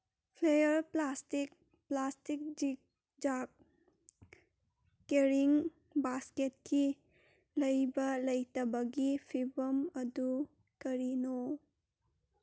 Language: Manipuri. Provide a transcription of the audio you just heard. flour plastic plastic zigzag carrying ꯕꯥꯁꯀꯦꯠꯀꯤ ꯂꯩꯕ ꯂꯩꯇꯕꯒꯤ ꯐꯤꯕꯝ ꯑꯗꯨ ꯀꯔꯤꯅꯣ